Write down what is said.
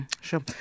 Sure